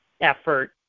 effort